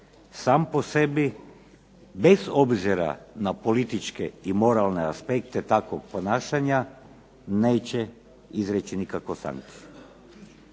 sam po sebi, bez obzira na političke i moralne aspekte takvog ponašanja, neće izreći nikakvu sankciju.